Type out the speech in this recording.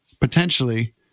potentially